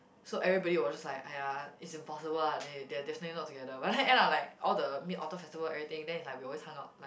so everybody was just like !aiya! it's impossible ah they they're definitely not together but then end up like all the Mid Autumn Festival everything then it's like we always hung out like